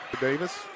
Davis